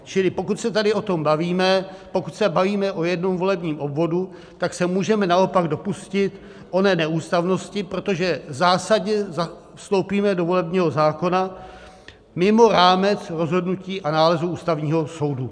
Čili pokud se tady o tom bavíme, pokud se bavíme o jednom volebním obvodu, tak se můžeme naopak dopustit oné neústavnosti, protože zásadně vstoupíme do volebního zákona mimo rámec rozhodnutí a nálezu Ústavního soudu.